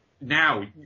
now